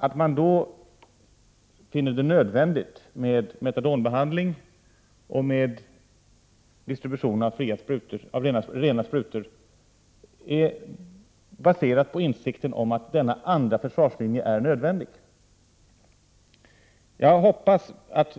Att man då finner det nödvändigt med metadonbehandling och med distribution av rena sprutor baseras på insikten om att denna andra försvarslinje är nödvändig. Jag hoppas att